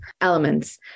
elements